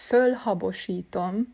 Fölhabosítom